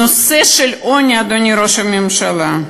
הנושא של העוני, אדוני ראש הממשלה,